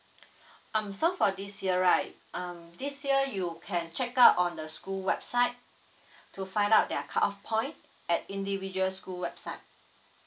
um so for this year right um this year you can check out on the school website to find out their cut off point at individual school website